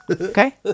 Okay